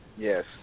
Yes